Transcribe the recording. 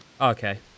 Okay